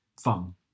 fun